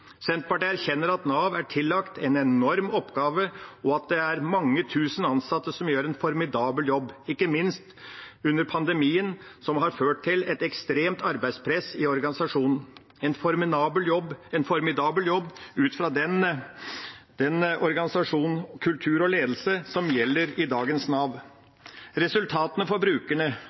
Senterpartiet erkjenner at Nav er tillagt en enorm oppgave, og at det er mange tusen ansatte som gjør en formidabel jobb, ikke minst under pandemien, som har ført til et ekstremt arbeidspress i organisasjonen – en formidabel jobb ut fra den organisasjon, kultur og ledelse som gjelder i dagens Nav. Resultatene for brukerne